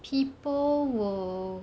people will